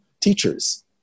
teachers